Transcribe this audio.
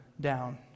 down